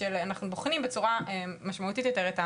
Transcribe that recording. שאנחנו בוחנים בצורה משמעותית יותר את הדברים.